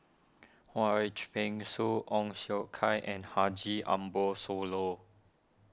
Wong H Peng Soon Ong Siong Kai and Haji Ambo Sooloh